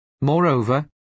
Moreover